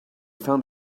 found